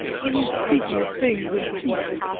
in his speaking of things and people,